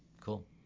Cool